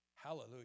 Hallelujah